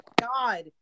God